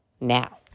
now